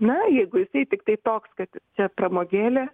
na jeigu jisai tiktai toks kad čia pramogėlė